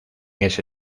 ese